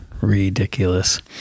Ridiculous